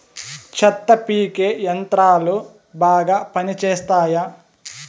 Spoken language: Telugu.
చెత్త పీకే యంత్రాలు బాగా పనిచేస్తాయా?